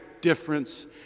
difference